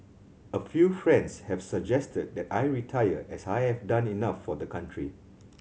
a few friends have suggested that I retire as I have done enough for the country